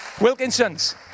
Wilkinsons